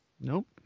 Nope